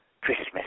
Christmas